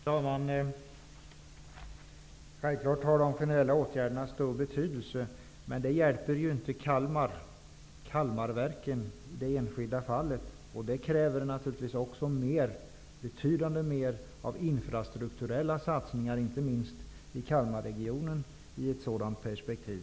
Herr talman! Självfallet har de generella åtgärderna stor betydelse, men det hjälper ju inte Kalmarverket i det enskilda fallet. Det krävs i ett sådant perspektiv naturligtvis också betydligt mer av infrastrukturella satsningar, inte minst i Kalmarregionen.